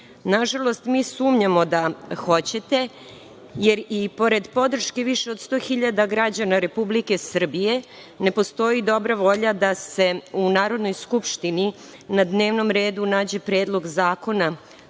Na žalost, sumnjamo da hoćete, jer i pored podrške više od 100.000 građana Republike Srbije ne postoji dobra volja da se u Narodnoj skupštini na dnevnom redu nađe Predlog zakona